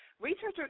Researchers